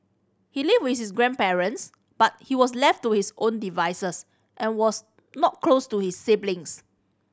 he lived with his grandparents but he was left to his own devices and was not close to his siblings